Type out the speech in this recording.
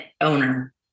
owner